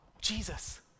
Jesus